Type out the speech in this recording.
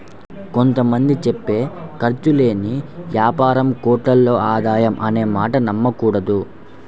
కొంత మంది చెప్పే ఖర్చు లేని యాపారం కోట్లలో ఆదాయం అనే మాటలు నమ్మకూడదు